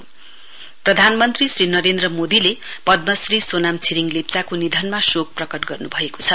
यसैवीच प्रधानमन्त्री श्री नरेन्द्र मोदीले पद्मश्री सोनाम छिरिङ लेप्चाको निधनमा शोक प्रकट गर्नुभएको छ